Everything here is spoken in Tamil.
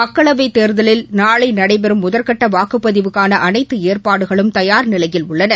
மக்களவைத்தேர்தலில் நாளை நடைபெறும் முதற்கட்ட வாக்குப்பதிவுக்கான அனைத்து ஏற்பாடுகளும் தயார்நிலையில் உள்ளன